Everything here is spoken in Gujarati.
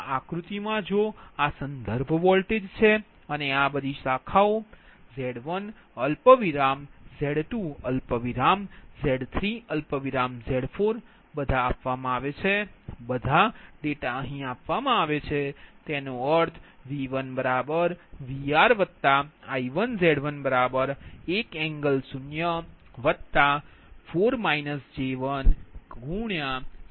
તેથી આ આકૃતિમાં જો આ સંદર્ભ વોલ્ટેજ છે અને આ બધી શાખા Z1Z2Z3Z4 બધા આપવામાં આવે છે બધા ડેટા અહીં આપવામાં આવે છે તેનો અર્થ V1VrI1Z11∠04 j10